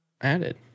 added